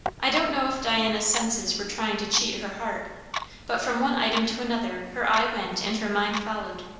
i don't know if diana's senses were trying to cheat her heart but from one item to another her eye went and her mind followed,